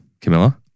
Camilla